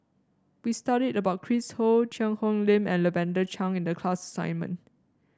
we studied about Chris Ho Cheang Hong Lim and Lavender Chang in the class assignment